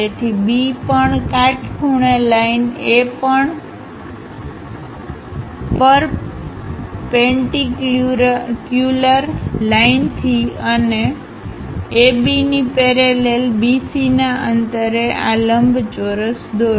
તેથી B પણ કાટખૂણે લાઈન A પણ પરપેનટીકયુલર લાઈનથી અને ABની પેરેલલ BC ના અંતરે આ લંબચોરસ દોરો